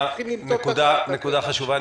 זו נקודה חשובה.